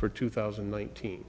for two thousand and nineteen